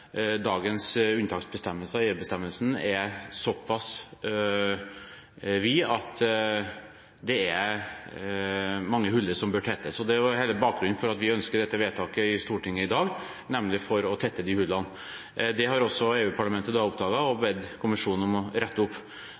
dagens unntaksbestemmelser i EU-bestemmelsen er såpass vide at det er mange hull som bør tettes. Det er hele bakgrunnen for at vi ønsker dette vedtaket i Stortinget i dag – nemlig for å tette de hullene. Det har også EU-parlamentet oppdaget og bedt kommisjonen om å rette opp.